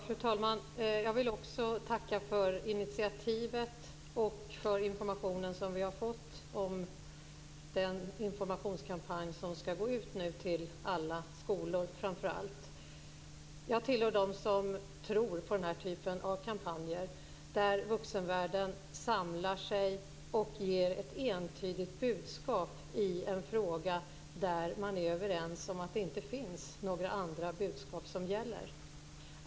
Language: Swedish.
Fru talman! Jag vill också tacka för initiativet och för informationen som vi har fått om den informationskampanj som nu skall gå ut till framför allt alla skolor. Jag hör till dem som tror på den här typen av kampanjer, där vuxenvärlden samlar sig och ger ett entydigt budskap i en fråga där man är överens om att det inte finns några andra budskap som gäller.